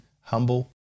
humble